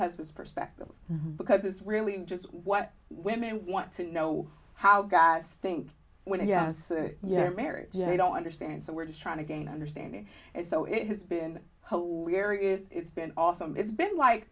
husband's perspective because it's really just what women want to know how guys think when you say you know mary they don't understand so we're just trying to gain understanding and so it has been hilarious it's been awesome it's been like